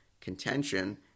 contention